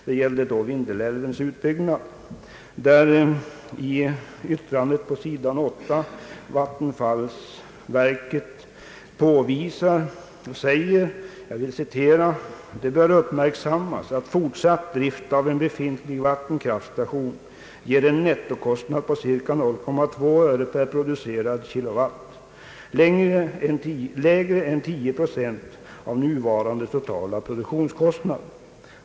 Där säger vattenfallsverket beträffande Vindelälvens utbyggnad: »Det bör uppmärksammas att fortsatt drift av en befintlig vattenkraftstation ger en nettokostnad på cirka 0,2 öre per producerad kilowatt, lägre än 10 procent av nuvarande totala produktionskostnad.